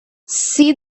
see